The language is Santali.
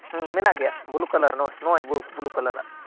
ᱦᱮᱸ ᱢᱮᱱᱟᱜ ᱜᱮᱭᱟ ᱵᱞᱩᱠᱟᱞᱟᱨ ᱱᱚᱜᱚᱭ ᱵᱞᱩᱠᱟᱞᱟᱨ ᱵᱞᱩᱠᱟᱞᱟᱨᱟᱜ